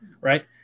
right